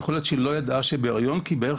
ויכול להיות שהיא לא יודעת שהיא בהיריון כי בערך